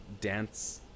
dance